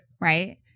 Right